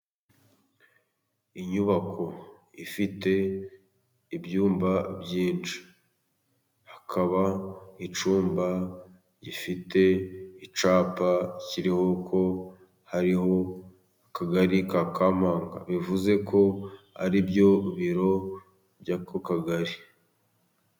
Inyubako ifite ibyumba byinsh ,ikaba icyumba gifite icyapa kiriho ko hariho akagari ka kampanga, bivuze ko ari byo biro by'ako kagari.